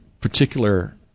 particular